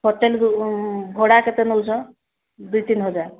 ହୋଟେଲରୁ ଭଡ଼ା କେତେ ନେଉଛ ଦୁଇ ତିନି ହଜାର